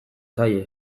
zaie